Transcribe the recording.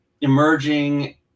emerging